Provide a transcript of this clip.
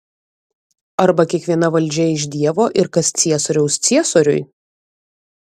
arba kiekviena valdžia iš dievo ir kas ciesoriaus ciesoriui